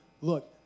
Look